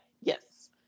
yes